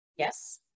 Yes